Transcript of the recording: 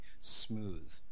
smooth